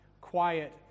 quiet